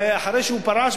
ואחרי שהוא פרש,